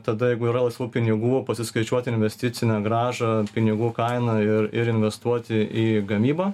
tada jeigu yra laisvų pinigų pasiskaičiuot investicinę grąžą pinigų kainą ir ir investuoti į gamybą